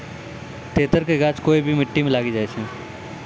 तेतर के गाछ कोय भी मिट्टी मॅ लागी जाय छै